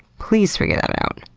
please figure that out.